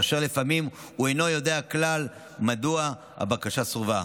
לפעמים הוא אינו יודע כלל מדוע הבקשה סורבה.